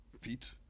feet